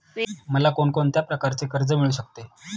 मला कोण कोणत्या प्रकारचे कर्ज मिळू शकते?